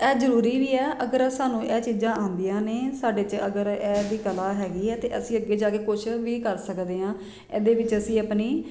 ਇਹ ਜ਼ਰੂਰੀ ਵੀ ਹੈ ਅਗਰ ਸਾਨੂੰ ਇਹ ਚੀਜਾਂ ਆਉਂਦੀਆਂ ਨੇ ਸਾਡੇ 'ਚ ਅਗਰ ਇਹ ਦੀ ਕਲਾ ਹੈਗੀ ਹੈ ਤਾਂ ਅਸੀਂ ਅੱਗੇ ਜਾ ਕੇ ਕੁਛ ਵੀ ਕਰ ਸਕਦੇ ਹਾਂ ਇਹਦੇ ਵਿੱਚ ਅਸੀਂ ਆਪਣੀ